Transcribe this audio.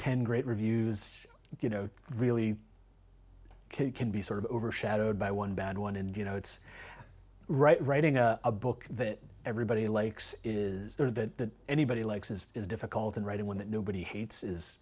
ten great reviews you know really can be sort of overshadowed by one bad one and you know it's right writing a book that everybody likes is there that anybody likes is difficult and writing one that nobody hates is